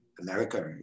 America